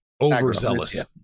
overzealous